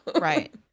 Right